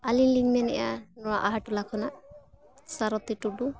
ᱟᱹᱞᱤᱧ ᱞᱤᱧ ᱢᱮᱱᱮᱜᱼᱟ ᱱᱚᱣᱟ ᱟᱦᱟᱨ ᱴᱚᱞᱟ ᱠᱷᱚᱱᱟᱜ ᱥᱟᱨᱚᱛᱤ ᱴᱩᱰᱩ